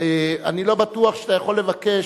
אני לא בטוח שאתה יכול לבקש,